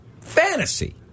Fantasy